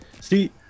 See